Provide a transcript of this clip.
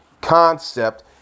concept